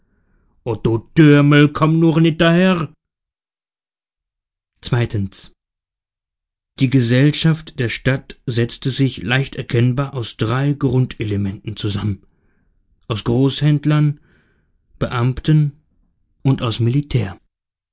nure nit dohär ii die gesellschaft der stadt setzte sich leicht erkennbar aus drei grundelementen zusammen aus großhändlern beamten und aus militär